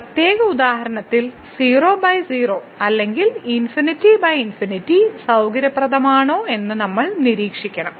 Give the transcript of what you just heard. ഒരു പ്രത്യേക ഉദാഹരണത്തിൽ 00 അല്ലെങ്കിൽ ∞∞ സൌകര്യപ്രദമാണോ എന്ന് നമ്മൾ നിരീക്ഷിക്കണം